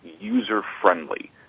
user-friendly